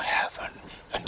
i have a